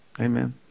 Amen